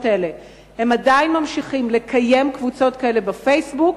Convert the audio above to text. האלה הם עדיין ממשיכים לקיים קבוצות כאלה ב"פייסבוק",